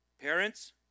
Parents